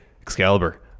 Excalibur